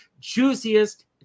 juiciest